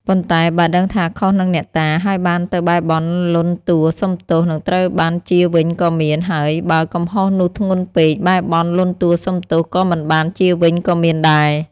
ប៉ុន្តែបើដឹងថាខុសនឹងអ្នកតា ហើយបានទៅបែរបន់លន់តួសុំទោស នឹងត្រូវបានជាវិញក៏មាន ហើយបើកំហុសនោះធ្ងន់ពេក បែរបន់លន់តួសុំទោសក៏មិនបានជាវិញក៏មានដែរ ។